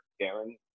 Darren